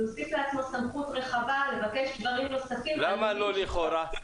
לקבל סמכות רחבה לבקש פרטים או מסמכים נוספים -- למה לא "לכאורה"?